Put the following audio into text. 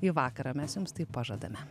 į vakarą mes jums tai pažadame